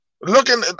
looking